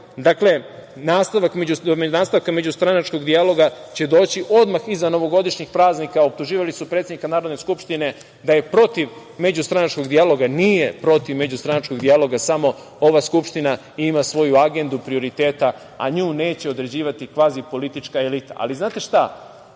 do nastavka međustranačkih dijaloga će doći odmah iza novogodišnjih praznika, a optuživali su predsednika Narodne skupštine da je protiv međustranačkog dijaloga. Nije protiv međustranačkog dijaloga, samo ova Skupština ima svoju agendu prioriteta, a nju neće određivati kvazi politička elita. Znate šta,